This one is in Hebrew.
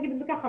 נגיד את זה ככה,